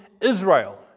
Israel